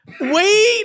Wait